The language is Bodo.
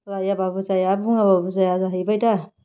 रायाबाबो जाया बुङाबाबो जाया जाहैबाय दा